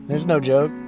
there's no joke.